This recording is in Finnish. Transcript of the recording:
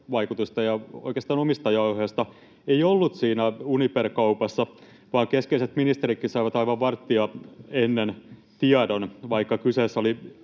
vuorovaikutusta ja oikeastaan omistajaohjausta ei ollut siinä Uniper-kaupassa vaan keskeiset ministeritkin saivat aivan varttia ennen tiedon, vaikka kyseessä oli